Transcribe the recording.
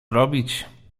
robić